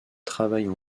travaillent